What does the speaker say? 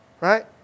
Right